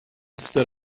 stood